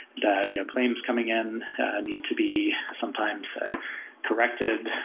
the yeah claims coming in need to be sometimes so corrected,